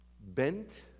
bent